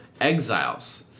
exiles